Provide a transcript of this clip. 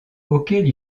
auxquelles